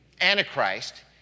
Antichrist